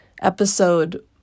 episode